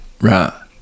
Right